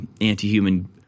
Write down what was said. anti-human